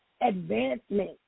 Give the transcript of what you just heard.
advancement